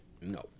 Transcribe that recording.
No